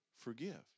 forgive